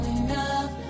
enough